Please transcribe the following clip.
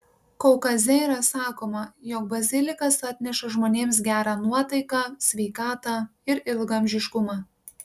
kaukaze yra sakoma jog bazilikas atneša žmonėms gerą nuotaiką sveikatą ir ilgaamžiškumą